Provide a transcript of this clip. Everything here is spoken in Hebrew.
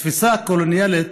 התפיסה הקולוניאלית,